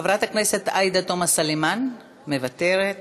חברת הכנסת עאידה תומא סלימאן, מוותרת,